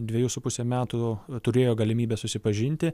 dvejus su puse metų turėjo galimybę susipažinti